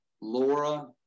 Laura